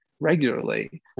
Regularly